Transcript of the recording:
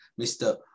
Mr